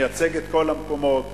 מייצג את כל המקומות,